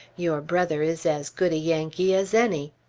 your brother is as good a yankee as any.